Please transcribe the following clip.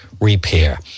Repair